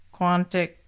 Quantic